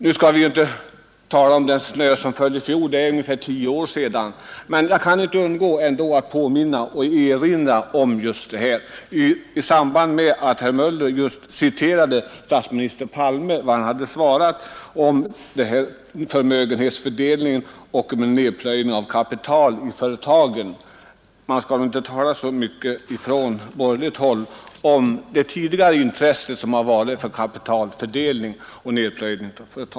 Nu skall vi väl inte tala om den snö som föll i fjol — detta hände för ungefär tio år sedan — men jag kan inte underlåta att erinra om detta i samband med att herr Möller citerade vad statsminister Palme svarat om förmögenhetsfördelningen och en nedplöjning av kapital i företagen. Man bör inte tala så mycket från borgerligt håll om det intresse som tidigare har funnits där för en fördelning och nedplöjning i företag.